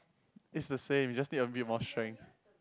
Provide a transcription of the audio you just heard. is the same you just need a bit more strength